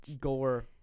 Gore